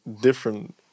different